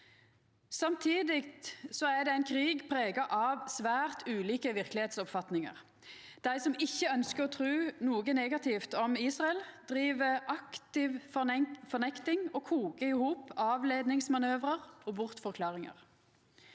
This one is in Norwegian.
Samtidig er det ein krig prega av svært ulike verkelegheitsoppfatningar. Dei som ikkje ønskjer å tru noko negativt om Israel, driv aktiv fornekting og kokar i hop avleiingsmanøvrar og bortforklaringar.